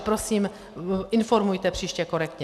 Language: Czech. Prosím, informujte příště korektně.